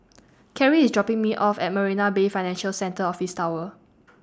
Keri IS dropping Me off At Marina Bay Financial Centre Office Tower